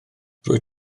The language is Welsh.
rwyt